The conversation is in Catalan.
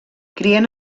crien